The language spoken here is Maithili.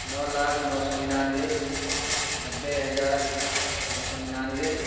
नओ लाख नओ सए निनानबे नब्बे हजार नओ सए निनानबे